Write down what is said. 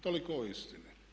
Toliko o istini.